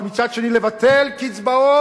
אבל מצד שני לבטל קצבאות